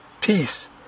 Peace